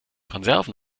konserven